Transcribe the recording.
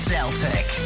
Celtic